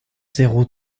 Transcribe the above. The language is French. zéro